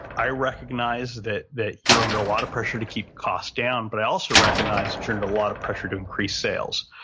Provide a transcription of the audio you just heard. i recognize that that you're under a lot of pressure to keep cost down, but i also recognize that turned a lot of pressure to increase sales.